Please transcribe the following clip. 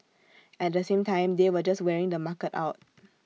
at the same time they were just wearing the market out